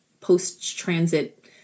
post-transit